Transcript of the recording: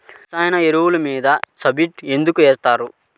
రసాయన ఎరువులు మీద సబ్సిడీ ఎందుకు ఇస్తారు?